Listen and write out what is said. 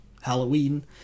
Halloween